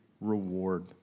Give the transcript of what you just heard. reward